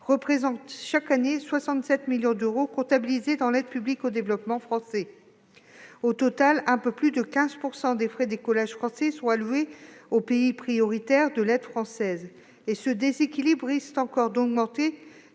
représentent chaque année 67 millions d'euros, comptabilisés dans l'aide publique au développement française. Au total, un peu plus de 15 % des frais d'écolage sont alloués aux pays prioritaires de l'aide française. Ce déséquilibre risque encore d'augmenter